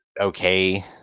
okay